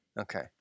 Okay